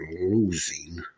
losing